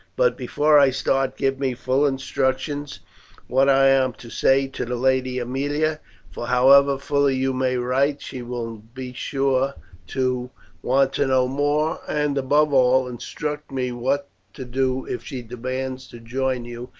but before i start give me full instructions what i am to say to the lady aemilia for however fully you may write, she will be sure to want to know more, and, above all, instruct me what to do if she demands to join you,